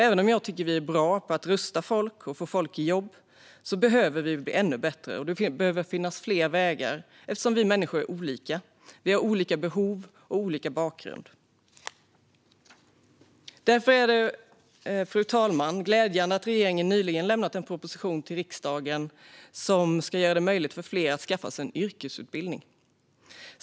Även om vi är bra på att rusta folk och få dem i jobb behöver vi bli ännu bättre, och det behöver finnas fler vägar eftersom vi människor är olika. Vi har olika behov och olika bakgrund. Fru talman! Därför är det glädjande att regeringen nyligen lämnat en proposition till riksdagen som ska göra det möjligt för fler att skaffa sig en yrkesutbildning.